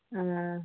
ആ ആ